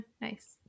Nice